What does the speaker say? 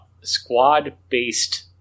squad-based